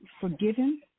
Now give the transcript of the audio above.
forgiven